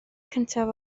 cyntaf